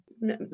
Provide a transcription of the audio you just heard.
No